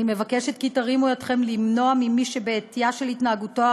אני מבקשת כי תרימו ידכם כדי למנוע ממי שבעטייה של התנהגותו,